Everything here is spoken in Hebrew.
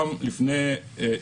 כשהיינו פה לפני שנה,